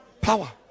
Power